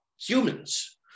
humans